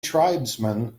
tribesman